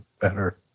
better